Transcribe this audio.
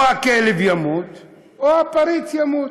או הכלב ימות או הפריץ ימות.